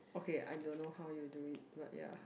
okay I don't know how you do it but ya